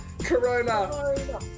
Corona